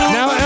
Now